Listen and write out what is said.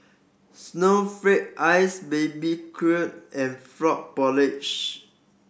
snowflake ice baby and frog